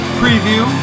preview